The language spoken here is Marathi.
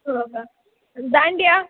हो का आणि दांडिया